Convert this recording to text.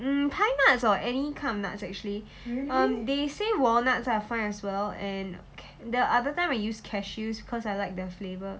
mm pine nuts or any kind of nuts actually um they say walnuts are fine as well and the other time I use cashews cause I like the flavour